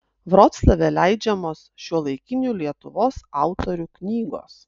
vroclave leidžiamos šiuolaikinių lietuvos autorių knygos